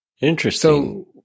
Interesting